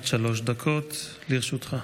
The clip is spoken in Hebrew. בבקשה, עד שלוש דקות לרשותך.